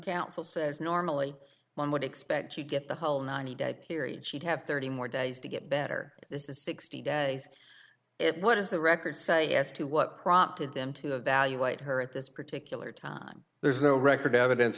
counsel says normally one would expect to get the whole ninety day period should have thirty more days to get better this is sixty days if what does the record say as to what prompted them to evaluate her at this particular time there is no record evidence